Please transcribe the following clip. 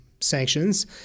sanctions